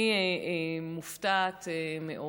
אני מופתעת מאוד.